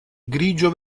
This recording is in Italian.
grigio